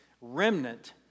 Remnant